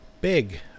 big